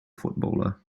footballer